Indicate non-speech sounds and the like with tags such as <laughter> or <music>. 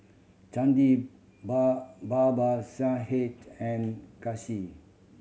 Chandi <unintelligible> Babasaheb and Kanshi